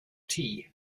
tea